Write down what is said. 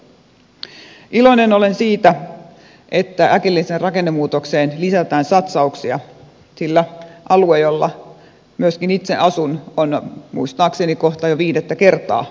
iloinen olen siitä että äkilliseen rakennemuutokseen lisätään satsauksia sillä alue jolla myöskin itse asun on muistaakseni kohta jo viidettä kertaa rakennemuutosalueena